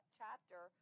chapter